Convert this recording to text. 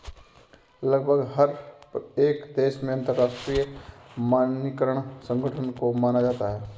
लगभग हर एक देश में अंतरराष्ट्रीय मानकीकरण संगठन को माना जाता है